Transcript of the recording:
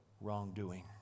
wrongdoing